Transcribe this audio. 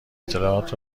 اطلاعات